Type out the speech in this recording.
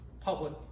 public